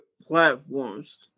platforms